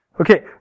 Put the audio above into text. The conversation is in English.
Okay